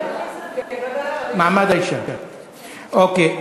מעמד האישה, אוקיי.